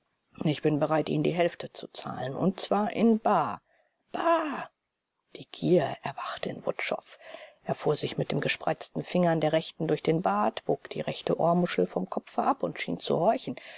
ich bin bereit ihnen die hälfte zu zahlen und zwar in bar bar die gier erwachte in wutschow er fuhr sich mit den gespreizten fingern der rechten durch den bart bog die rechte ohrmuschel vom kopfe ab und schien zu horchen